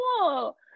cool